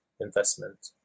investment